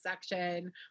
section